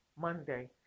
Monday